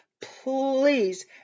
Please